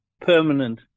permanent